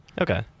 Okay